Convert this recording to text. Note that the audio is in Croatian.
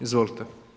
Izvolite.